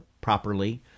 properly